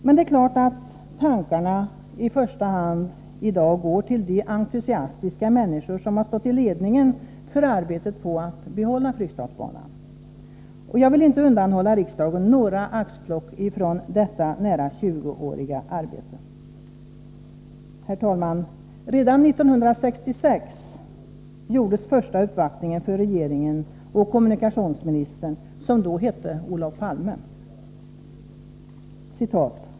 Men det är klart att tankarna i dag i första hand går till de entusiastiska människor som har stått i spetsen för arbetet på att behålla Fryksdalsbanan. Jag vill inte undanhålla riksdagen några axplock från detta nära 20-åriga arbete. Herr talman! Redan 1966 gjordes den första uppvaktningen för regeringen och kommunikationsministern, som då hette Olof Palme.